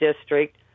district